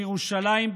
בירושלים,